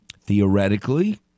theoretically